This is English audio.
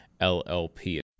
LLP